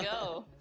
go.